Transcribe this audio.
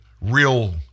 real